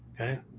Okay